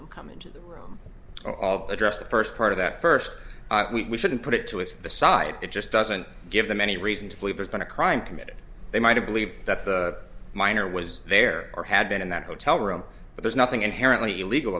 them come into the room of address the first part of that first week we shouldn't put it to its side it just doesn't give them any reason to believe there's been a crime committed they might have believed that the minor was there or had been in that hotel room but there's nothing inherently illegal